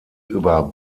über